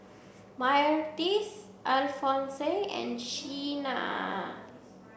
Myrtis Alfonse and Sheena